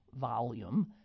volume